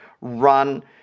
run